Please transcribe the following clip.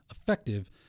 effective